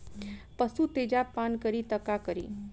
पशु तेजाब पान करी त का करी?